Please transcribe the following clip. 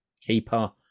keeper